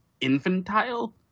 infantile